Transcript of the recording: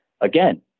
again